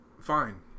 fine